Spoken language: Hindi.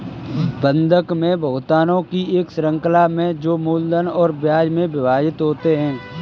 बंधक में भुगतानों की एक श्रृंखला में जो मूलधन और ब्याज में विभाजित होते है